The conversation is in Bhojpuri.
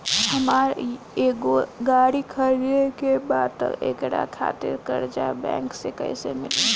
हमरा एगो गाड़ी खरीदे के बा त एकरा खातिर कर्जा बैंक से कईसे मिली?